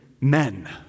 men